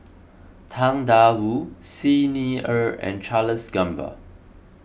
Tang Da Wu Xi Ni Er and Charles Gamba